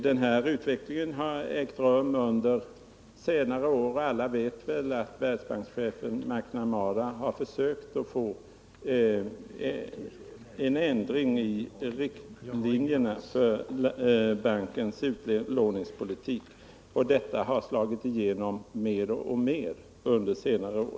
Den här utvecklingen har ägt rum under senare år, och alla vet väl att världsbankschefen McNamara försökt få till stånd en ändring av riktlinjerna för bankens utlåningspolitik. Detta har också i praktiken slagit igenom mer och mer under senare år.